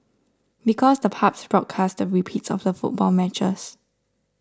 because the pubs broadcast the repeats of the football matches